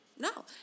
No